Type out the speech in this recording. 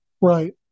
Right